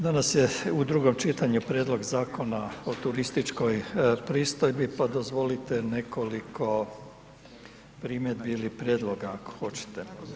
Danas je u drugom čitanju Prijedlog zakona o turističkoj pristojbi, pa dozvolite nekoliko primjedbi ili prijedloga ako hoćete.